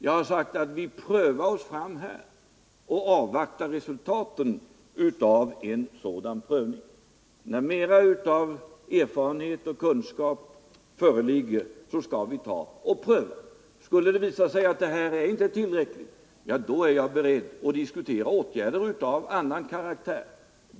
Jag har sagt att vi här prövar oss fram och avvaktar resultatet av en sådan granskning. När vi har fått större erfarenhet och kunskap skall vi pröva hela frågan igen. Och skulle det då visa sig att detta inte är tillräckligt - ja, då är jag beredd att diskutera åtgärder av annan karaktär.